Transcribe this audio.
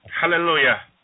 hallelujah